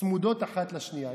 צמודות האחת לשנייה,